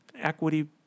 equity